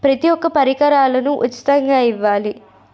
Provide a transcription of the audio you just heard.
ప్రతీ ఒక్క పరికరాలని ఉచితంగా ఇవ్వాలి